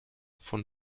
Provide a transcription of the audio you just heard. von